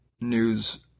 news